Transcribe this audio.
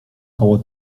koło